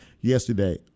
yesterday